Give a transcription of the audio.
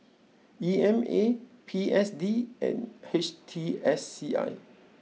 E M A P S D and H T S C I